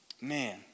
Man